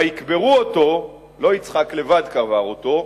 ויקברו אתו" לא יצחק לבד קבר אותו,